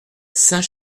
saint